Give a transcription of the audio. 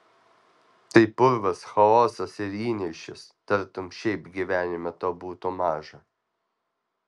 tai purvas chaosas ir įniršis tartum šiaip gyvenime to būtų maža